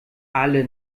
alle